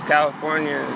California